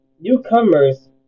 Newcomers